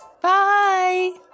bye